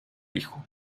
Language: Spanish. hijo